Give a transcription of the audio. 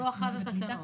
זו אחת התקנות?